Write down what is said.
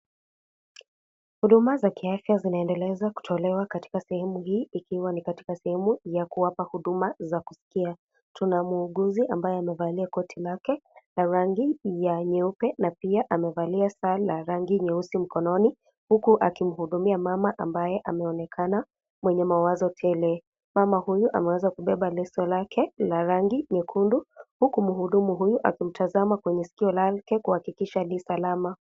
Huduma za kiafya zinaendeleza kutolewa sehemu hii ikiwa ni katika sehemu ya kuwapa huduma za kuskia. Tuna muguzi ambaye amevalia koti lake la rangi ya nyeupe na pia amevalia saa la rangi nyeusi mkononi, huku akimhudumia mama ambaye ameonekana mwenye mawazo tele. Mama huyu ameweza kubeba leso lake la rangi nyekundu, huku mhudumu akimtazama kwenye sikio lake kuhakikisha li salama.